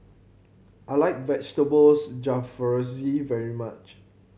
I like Vegetables Jalfrezi very much